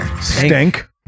Stink